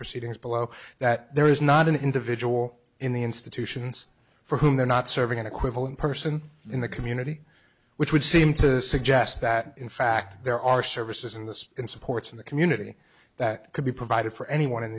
proceedings below that there is not an individual in the institutions for whom they're not serving an equivalent person in the community which would seem to suggest that in fact there are services in this in supports in the community that could be provided for any one